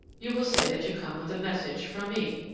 you will say that you come with a message from me,